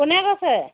কোনে কৈছে